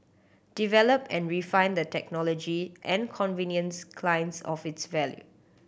develop and refine the technology and convince clients of its value